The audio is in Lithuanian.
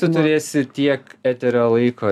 tu turėsi tiek eterio laiko